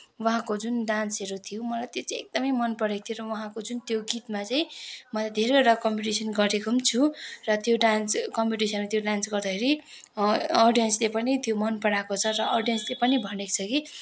उहाँको जुन डान्सहरू थियो मलाई त्यो चाहिँ एकदमै मनपरेको थियो र उहाँको जुन त्यो गीतमा चाहिँ मैले धेरैवटा कम्पिटिसन गरेको पनि छु र त्यो डान्स कम्पिटिसनमा त्यो डान्स गर्दाखेरि अडियन्सले पनि त्यो मनपराएको छ र अडियन्सले पनि भनेको छ कि